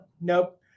nope